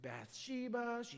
Bathsheba